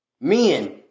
Men